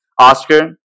Oscar